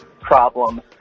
problem